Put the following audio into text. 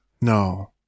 No